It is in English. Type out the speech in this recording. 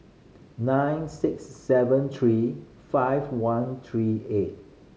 nine six seven three five one three eight